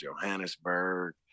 Johannesburg